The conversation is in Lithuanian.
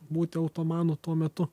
būti automanu tuo metu